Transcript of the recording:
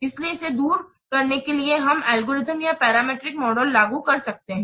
इसलिए इसे दूर करने के लिए हम एल्गोरिथम या पैरामीट्रिक मॉडल लागू कर सकते हैं